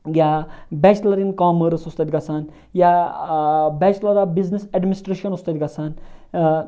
یا bachelor in commerce اوس تَتھ گَژھان یا بیچلَر آف بِزنِس ایٚڈمِنِسٹریشَن اوس تَتھ گَژھان